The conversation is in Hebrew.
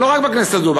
לא רק בכנסת הזאת,